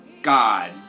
God